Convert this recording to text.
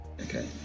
Okay